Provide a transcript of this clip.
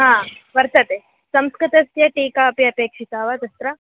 हा वर्तते संस्कृतस्य टीका अपि अपेक्षिता वा तत्र